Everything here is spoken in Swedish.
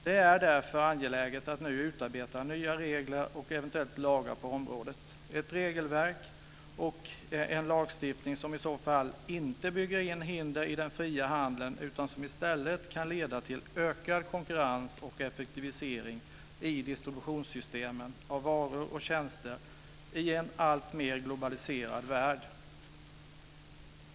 Det är därför angeläget att nu utarbeta nya regler och eventuellt lagar på området - ett regelverk och en lagstiftning som inte bygger in hinder i den fria handeln utan som i stället kan leda till ökad konkurrens och effektivisering i systemen för distribution av varor och tjänster i en alltmer globaliserad värld.